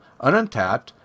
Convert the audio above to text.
ununtapped